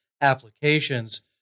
applications